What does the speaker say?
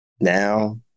now